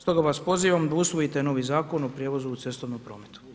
Stoga vas pozivam da usvojite novi Zakon o prijevozu u cestovnom prometu.